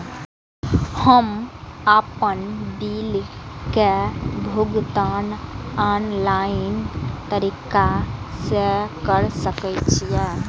हम आपन बिल के भुगतान ऑनलाइन तरीका से कर सके छी?